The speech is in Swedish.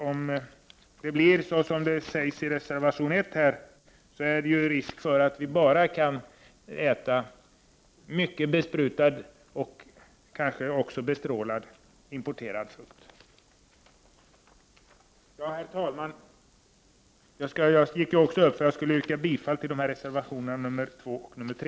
Om det blir som det sägs i reservation 1 är risken stor för att vi bara kommer att få äta mycket besprutad och kanske också bestrålad importerad frukt. Herr talman! Med detta yrkar jag bifall till reservationerna 2 och 3.